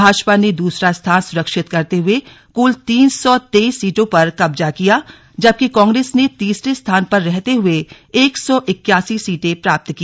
भाजपा ने दूसरा स्थान सुरक्षित करते हुए कुल तीन सौ तेईस सीटों पर कब्जा किया जबकि कांग्रेस ने तीसरे स्थान पर रहते हुए एक सौ इक्कयासी सीटें प्राप्त की